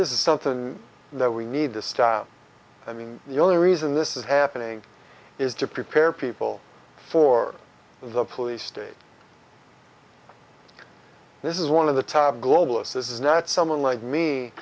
this is something that we need to stop i mean the only reason this is happening is to prepare people for the police state this is one of the top globalists this is not someone like me